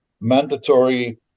mandatory